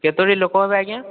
କେତେ ବି ଲୋକ ହେବେ ଆଜ୍ଞା